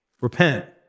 Repent